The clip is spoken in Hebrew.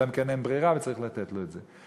אלא אם כן אין ברירה וצריך לתת לו את זה.